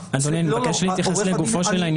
אדוני, אני מבקש להתייחס לגופו של עניין.